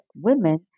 women